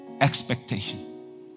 expectation